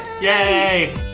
Yay